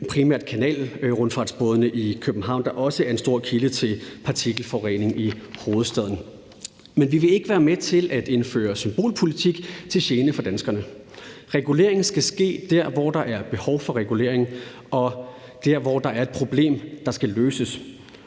primært kanalrundfartsbådene i København, der også er en stor kilde til partikelforurening i hovedstaden. Men vi vil ikke være med til at indføre symbolpolitik til gene for danskerne. Reguleringen skal ske der, hvor der er behov for regulering, og der, hvor der er et problem, der skal løses.